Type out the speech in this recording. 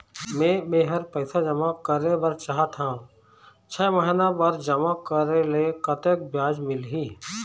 मे मेहर पैसा जमा करें बर चाहत हाव, छह महिना बर जमा करे ले कतक ब्याज मिलही?